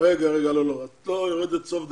רגע, את לא יורדת לסוף דעתי.